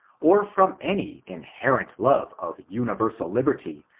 or from any inherent love of universal liberty,